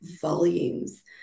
volumes